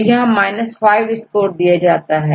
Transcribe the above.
तो यहां 5 स्कोर दिया जाता है